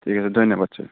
ঠিক আছে ধন্যবাদ ছাৰ